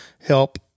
help